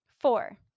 Four